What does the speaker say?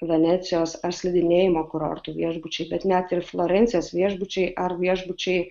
venecijos ar slidinėjimo kurortų viešbučiai bet net ir florencijos viešbučiai ar viešbučiai